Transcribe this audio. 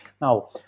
Now